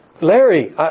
Larry